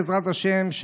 בעזרת השם,